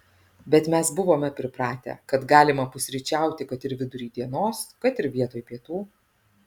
bet mes buvome pripratę kad galima pusryčiauti kad ir vidury dienos kad ir vietoj pietų